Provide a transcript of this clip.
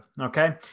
okay